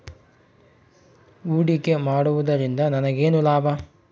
ಹೂಡಿಕೆ ಮಾಡುವುದರಿಂದ ನನಗೇನು ಲಾಭ?